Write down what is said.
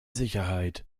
sicherheit